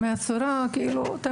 ומה